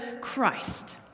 Christ